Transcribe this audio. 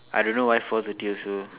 I don't know why four thirty also